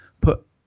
put